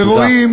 ורואים